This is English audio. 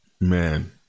Man